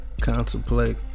contemplate